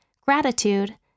gratitude